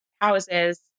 houses